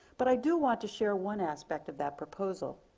but i do want to share one aspect of that proposal.